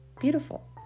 beautiful